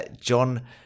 John